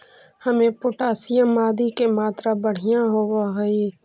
इमें पोटाशियम आदि के मात्रा बढ़िया होवऽ हई